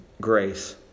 grace